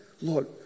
Lord